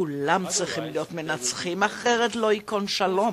כולם צריכים להיות מנצחים, אחרת לא ייכון שלום.